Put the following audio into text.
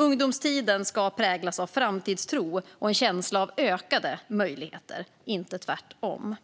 Ungdomstiden ska präglas av framtidstro och en känsla av ökade möjligheter, inte tvärtom.